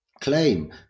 claim